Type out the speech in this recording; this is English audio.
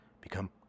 become